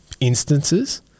instances